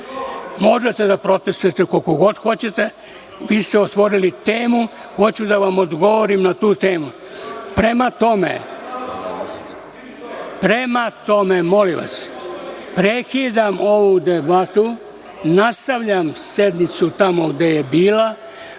možete da protestujete koliko god hoćete, vi ste otvorili temu, hoću da vam odgovorim na tu temu. Prema tome, molim vas, prekidam ovu debatu. Nastavljam sednicu tamo gde je bila,